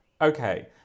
Okay